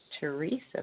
Teresa